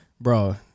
bro